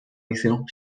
excellent